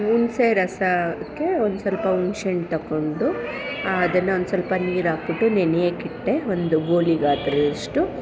ಹುಣಸೇ ರಸಕ್ಕೆ ಒಂದು ಸ್ವಲ್ಪ ಹುಣ್ಸೇ ಹಣ್ಣು ತೊಗೊಂಡು ಅದನ್ನು ಒಂದ್ಸ್ವಲ್ಪ ನೀರಾಕಿಬಿಟ್ಟು ನೆನೆಯೋಕ್ಕಿಟ್ಟೆ ಒಂದು ಗೋಲಿ ಗಾತ್ರದಷ್ಟು